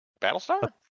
Battlestar